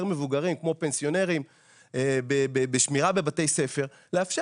מבוגרות - כמו פנסיונרים שמועסקים בשמירה בבתי ספר לאפשר